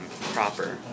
proper